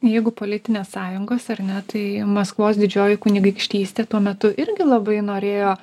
jeigu politinės sąjungos ar ne tai maskvos didžioji kunigaikštystė tuo metu irgi labai norėjo